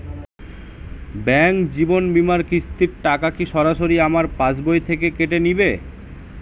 Bank জীবন বিমার কিস্তির টাকা কি সরাসরি আমার পাশ বই থেকে কেটে নিবে?